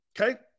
Okay